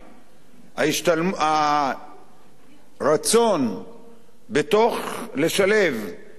הרצון לשלב בתוך